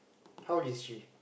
how is she